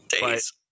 days